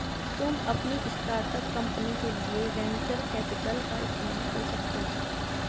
तुम अपनी start up company के लिए वेन्चर कैपिटल का इस्तेमाल कर सकते हो